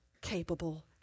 capable